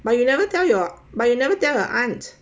but you never tell your but you never tell you aunt